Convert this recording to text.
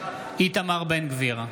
איתמר בן גביר,